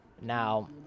Now